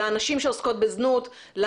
לנשים שעוסקות בזנות,